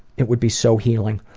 it would be so healing.